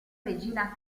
regina